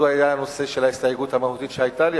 זה היה הנושא של ההסתייגות המהותית שהיתה לי,